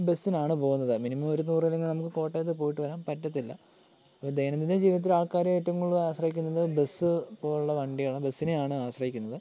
ബസിനാണ് പോവുന്നത് മിനിമം ഒരു നൂറല്ലെങ്കിൽ നമുക്ക് കോട്ടയത്ത് പോയിട്ട് വരാൻ പറ്റത്തില്ല അപ്പോൾ ദൈനംദിന ജീവിതത്തിൽ ആൾക്കാർ ഏറ്റോം കൂടുതൽ ആശ്രയിക്കുന്നത് ബസ് പോലുള്ള വണ്ടിയാണ് ബസിനെയാണ് ആശ്രയിക്കുന്നത്